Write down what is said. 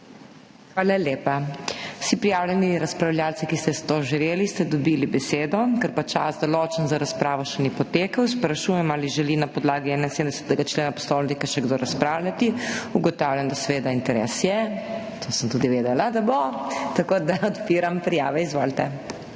Hvala lepa. Vsi prijavljeni razpravljavci, ki ste to želeli, ste dobili besedo. Ker pa čas, določen za razpravo, še ni potekel, sprašujem, ali želi na podlagi 71. člena Poslovnika še kdo razpravljati. Ugotavljam, da seveda interes je, to sem tudi vedela, da bo, tako da odpiram prijave. Izvolite.